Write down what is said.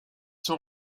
sont